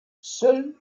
seul